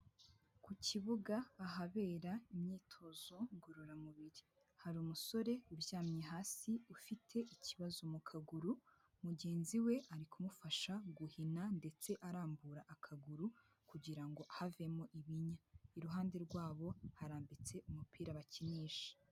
Ku kibuga ahabera imyitozo ngororamubiri, hari umusore uryamye hasi ufite ikibazo mu kaguru mugenzi we ari kumufasha guhina ndetse arambura akaguru kugira ngo havemo ibinya. Iruhande rwabo harambitse umupira bakinisha.